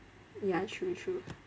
ya true true